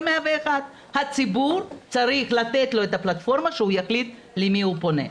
101. צריך לתת לציבור את הפלטפורמה שיחליט למי הוא פונה.